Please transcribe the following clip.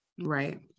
right